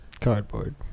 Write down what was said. cardboard